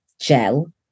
gel